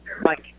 Mike